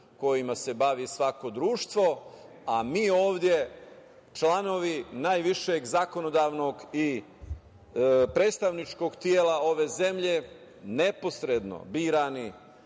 kojima se bavi svako društvo, a mi ovde članovi najvišeg zakonodavnog i predstavničkog tela ove zemlje neposredno birani